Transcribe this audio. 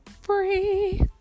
free